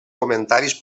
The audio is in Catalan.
comentaris